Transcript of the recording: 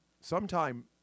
sometime